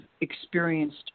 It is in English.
experienced